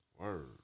Word